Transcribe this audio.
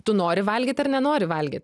tu nori valgyt ar nenori valgyt